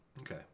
okay